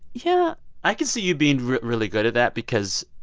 yeah i could see you being really good at that because